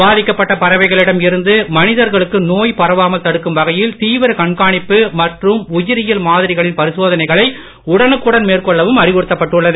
பாதிக்கப்பட்ட பறவைகளிடம் இருந்து மனிதர்களுக்கு நோய் பரவாமல் தடுக்கும் வகையில் தீவிர கண்காணிப்பு மற்றும் உயிரியல் மாதிரிகளின் பரிசோதனைகளை மேற்கொள்ளவும் அறிவுறுத்தப்பட்டுள்ளது